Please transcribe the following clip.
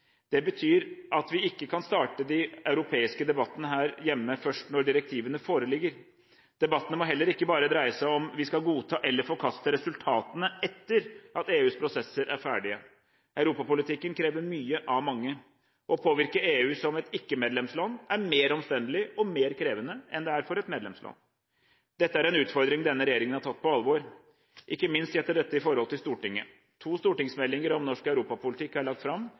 Det betyr at vi ikke kan starte de europeiske debattene her hjemme først når direktivene foreligger. Debattene må heller ikke bare dreie seg om hvorvidt vi skal godta eller forkaste resultatene etter at EUs prosesser er ferdige. Europapolitikken krever mye av mange. Å påvirke EU som et ikke-medlemsland er mer omstendelig og mer krevende enn det er for et medlemsland. Dette er en utfordring denne regjeringen har tatt på alvor – ikke minst gjelder dette i forhold til Stortinget. To stortingsmeldinger om norsk europapolitikk er lagt fram,